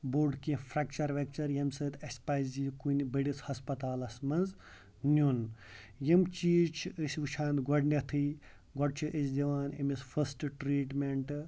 بوٚڑ کینٛہہ فرٛٮ۪کچَر وٮ۪کچَر ییٚمہِ سۭتۍ اَسہِ پَزِ یہِ کُنہِ بٔڑِس ہَسپَتالَس منٛز نیُن یِم چیٖز چھِ أسۍ وٕچھان گۄڈنٮ۪تھٕے گۄڈٕ چھِ أسۍ دِوان أمِس فٕسٹ ٹرٛیٖٹمٮ۪نٛٹ